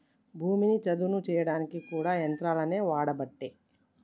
భూమిని చదును చేయడానికి కూడా యంత్రాలనే వాడబట్టే